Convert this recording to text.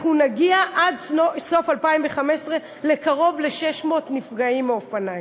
אנחנו נגיע עד סוף 2015 לקרוב ל-600 נפגעים מאופניים.